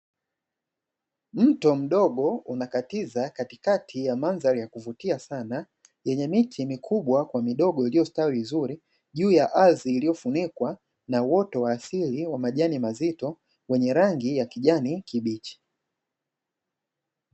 Mto mdogo umekatiza katikati ya mandhari ya kuvutia sana, yenye miti mikubwa kwa midogo, iliyostawi vizuri juu ya ardhi iliyofunikwa na uoto wa asili wa majani mazito enye rangi ya kijani kibichi.